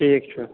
ٹھیٖک چھُ